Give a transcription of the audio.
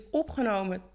opgenomen